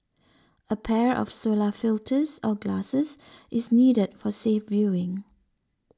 a pair of solar filters or glasses is needed for safe viewing